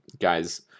guys